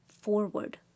forward